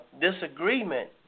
disagreement